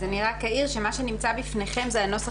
אז אני רק אעיר שמה שנמצא בפניכם זה הנוסח